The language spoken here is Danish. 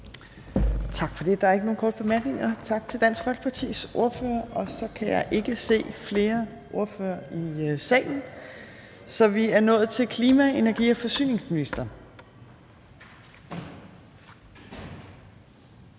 Tak for det. Der er ikke nogen korte bemærkninger. Tak til Dansk Folkepartis ordfører. Og så er der heller ikke flere ordførere i salen bortset fra ordføreren for forslagsstillerne.